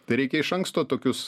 tai reikia iš anksto tokius